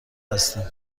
هستم